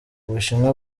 ubushinwa